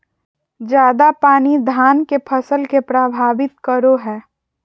ज्यादा पानी धान के फसल के परभावित करो है?